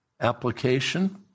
application